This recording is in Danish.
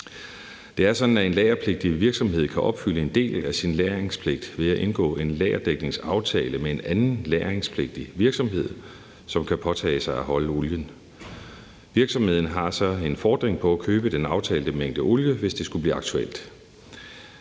Det er sådan, at en lagerpligtig virksomhed kan opfylde en del af sin lagringspligt ved at indgå i en lagerdækningsaftale med en anden lagringspligtig virksomhed, som kan påtage sig at holde olien. Virksomheden har så en fordring på at købe den aftalte mængde olie, hvis det skulle blive aktuelt.